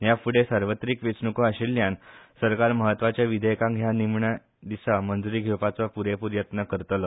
ह्या फूडे सर्वत्रीक वेचणूको आशिल्ल्यान सरकार म्हत्वाच्या विधेयकांक ह्या निमाणे दिसा मंजूरी घेवपाचो पूरेपूर यत्न करतलो